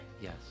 Yes